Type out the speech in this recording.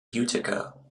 utica